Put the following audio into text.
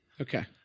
Okay